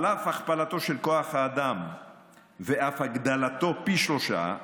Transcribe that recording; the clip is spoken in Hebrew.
על אף הכפלתו של כוח האדם ואף הגדלתו פי שלושה,